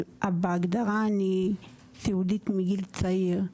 בהגדרה אני סיעודית מגיל צעיר,